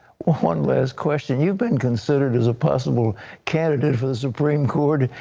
one last question. you've been considered as a possible candidate for the supreme court.